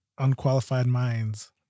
unqualifiedminds